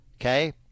okay